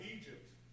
Egypt